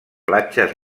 platges